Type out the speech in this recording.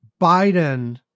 Biden